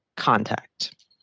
Contact